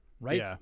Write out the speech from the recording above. right